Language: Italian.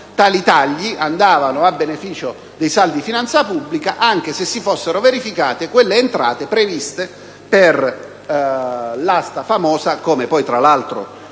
sarebbero andati a beneficio dei saldi di finanza pubblica anche se si fossero verificate quelle entrate previste per l'asta famosa, come poi tra l'altro